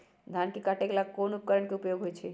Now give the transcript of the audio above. धान के काटे का ला कोंन उपकरण के उपयोग होइ छइ?